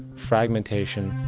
fragmentation,